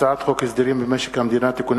הצעת חוק הסדרים במשק המדינה (תיקוני